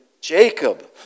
Jacob